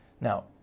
Now